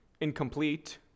incomplete